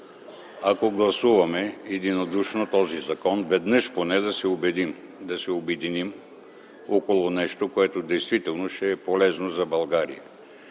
ако гласуваме единодушно този закон. Веднъж поне да се обединим около нещо, което действително ще е полезно за България.